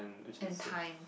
and time